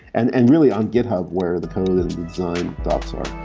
and and really on github where the code and the design dots are.